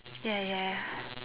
ya ya ya